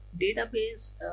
Database